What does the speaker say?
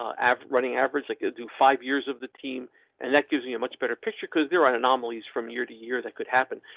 after running average, i could do five years of the team and that gives you a much better picture cause they're on anomalies from year to year that could happen.